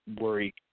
worry